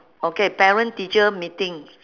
okay parent teacher meeting